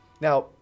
Now